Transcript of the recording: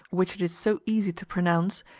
which it is so easy to pronounce,